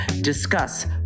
discuss